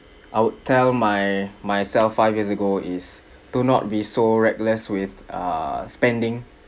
I'd tell my myself five years ago is to not be so reckless with err spending